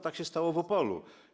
Tak się stało w Opolu.